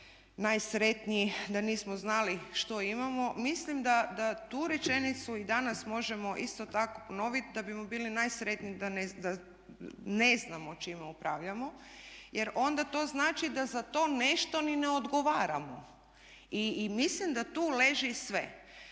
najsretniji da nismo znali što imamo. Mislim da tu rečenicu i danas možemo isto tako ponoviti da bismo bili najsretniji da ne znamo čime upravljamo jer onda to znači da za to nešto ni ne odgovaramo. I mislim da tu leži sve.